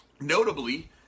Notably